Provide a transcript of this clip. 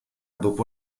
dopo